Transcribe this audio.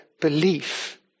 belief